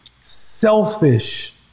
selfish